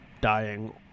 dying